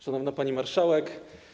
Szanowna Pani Marszałek!